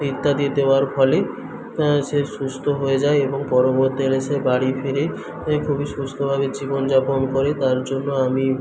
ইত্যাদি দেওয়ার ফলে সে সুস্থ হয়ে যায় এবং পরবর্তীকালে সে বাড়ি ফেরে এবং খুবই সুস্থভাবে জীবনযাপন করে তার জন্য আমি